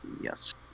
yes